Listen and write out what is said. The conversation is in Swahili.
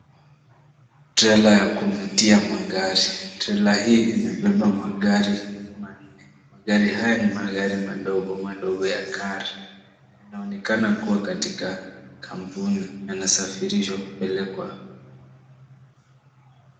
Trela ya kuvutia magari. Trela hii imebeba magari, manne. Magari haya ni magari madogo, madogo ya car . Yanaonekana kuwa katika kampuni yanasafirishwa kupelekwa.